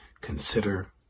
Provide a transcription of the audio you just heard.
Consider